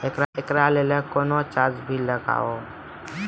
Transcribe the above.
एकरा लेल कुनो चार्ज भी लागैये?